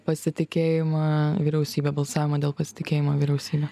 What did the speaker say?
pasitikėjimą vyriausybe balsavimą dėl pasitikėjimo vyriausybe